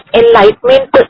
enlightenment